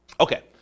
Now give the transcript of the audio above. okay